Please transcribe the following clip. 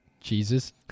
Jesus